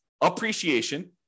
appreciation